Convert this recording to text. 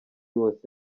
hose